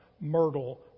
myrtle